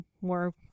more